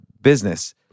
business